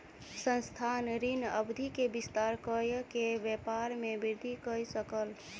संस्थान, ऋण अवधि के विस्तार कय के व्यापार में वृद्धि कय सकल